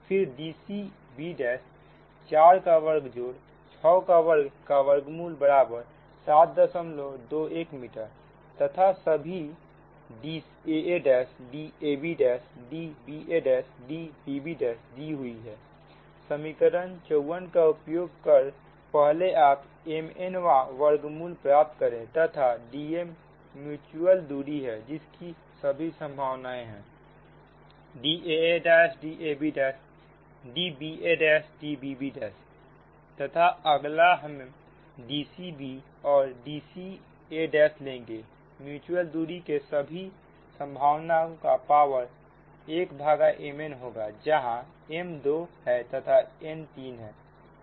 फिर Dcb4 का वर्ग जोड़ 6 का वर्ग का वर्गमूल बराबर 721 मीटर तथा सभी Daa Dab Dba Dbbदी हुई है समीकरण 54 का उपयोग कर पहले आप mn वा वर्गमूल प्राप्त करें तथा Dmम्यूच्यूअल दूरी है जिसकी सभी संभावना है Daa Dab अगला Dba Dbb है तथा अगला हम Dcbऔर Dcaलेंगे म्यूच्यूअल दूरी के सभी संभावनाओं का पावर 1mn होगा जहां m 2 है तथा n 3 है